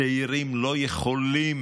צעירים לא יכולים